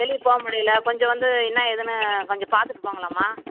வெளியே போமுடியல கொஞ்சம் வந்து என்ன ஏதுன்னு கொஞ்சம் பார்த்துட்டு போங்களேன்மா